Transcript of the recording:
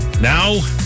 Now